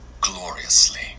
gloriously